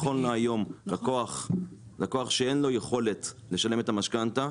נכון להיום לקוח שאין לו יכולת לשלם את המשכנתא,